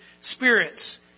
spirits